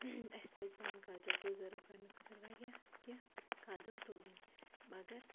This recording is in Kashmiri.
اَسہِ پَزِ پَنُن کَلچَر پِرٛزٔرٕو کَرنہٕ خٲطرٕ واریاہ کینٛہہ قدم تُلٕنۍ مگر